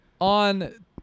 on